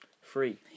free